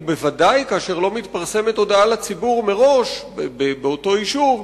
וודאי כאשר לא מתפרסמת הודעה לציבור מראש באותו יישוב,